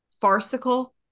farcical